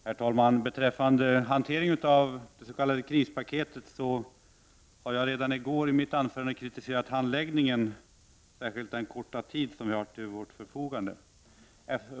Herr talman! Beträffande hanteringen av förslaget om det s.k. krispaketet kritiserade jag redan i går under mitt anförande handläggningen, och då särskilt den korta tid som vi har till vårt förfogande.